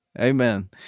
Amen